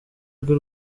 rwe